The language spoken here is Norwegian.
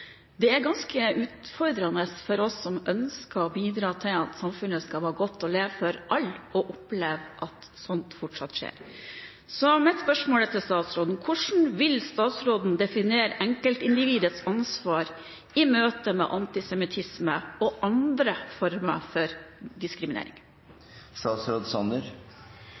det. Det er ganske utfordrende for oss som ønsker å bidra til at samfunnet skal være godt å leve i for alle, å oppleve at sånt fortsatt skjer. Så mitt spørsmål til statsråden er: Hvordan vil statsråden definere enkeltindividets ansvar i møte med antisemittisme og andre former for